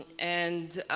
and